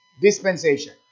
dispensation